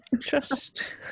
Trust